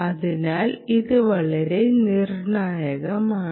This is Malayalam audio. അതിനാൽ അത് വളരെ നിർണായകമാണ്